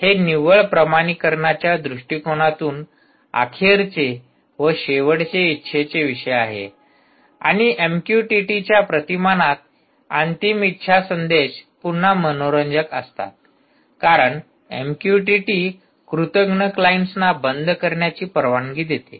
हे निव्वळ प्रमाणीकरणाच्या दृष्टीकोनातून अखेरचे व शेवटचे इच्छेचे विषय आहे आणि एमक्यूटीटीच्या प्रतिमानात अंतिम इच्छा संदेश पुन्हा मनोरंजक असतात कारण एमक्यूटीटी कृतघ्न क्लायंट्सना बंद करण्याची परवानगी देते